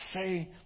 say